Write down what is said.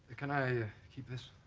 can i keep this?